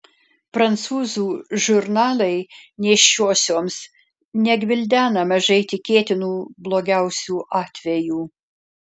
prancūzų žurnalai nėščiosioms negvildena mažai tikėtinų blogiausių atvejų